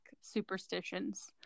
superstitions